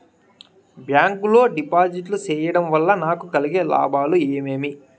Bank లో డిపాజిట్లు సేయడం వల్ల నాకు కలిగే లాభాలు ఏమేమి?